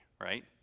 right